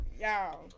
Y'all